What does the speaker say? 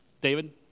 David